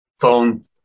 Phone